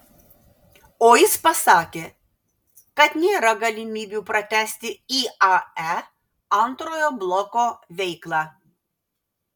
o jis pasakė kad nėra galimybių pratęsti iae antrojo bloko veiklą